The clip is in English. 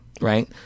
Right